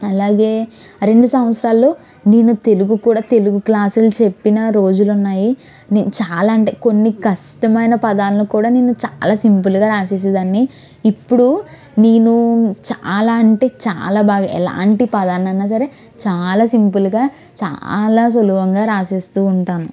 అలాగే ఆ రెండు సంవత్సరాలు నేను తెలుగు కూడా తెలుగు క్లాసులు చెప్పిన రోజులు ఉన్నాయి నేను చాలా అంటే కొన్ని కష్టమైన పదాలను కూడా నేను చాలా సింపుల్గా రాసేసే దాన్ని ఇప్పుడు నేను చాలా అంటే చాలా బాగా ఎలాంటి పదాన్నైనా సరే చాలా సింపుల్గా చాలా సులభంగా రాసేస్తూ ఉంటాను